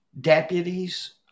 deputies